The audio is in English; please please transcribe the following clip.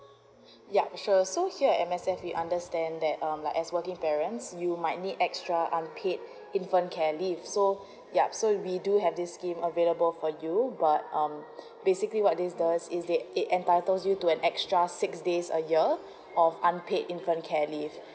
yup sure so here in M_S_F we understand that um like as working parents you might need extra unpaid infant care leave so yup so we do have this scheme available for you but um basically what this does is it entitles you to an extra six days a year of unpaid infant care leave